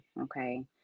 okay